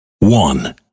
one